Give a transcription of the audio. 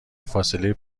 فاصله